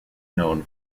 known